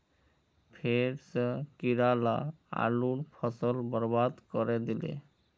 फेर स कीरा ला आलूर फसल बर्बाद करे दिले